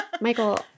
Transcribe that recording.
Michael